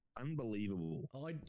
unbelievable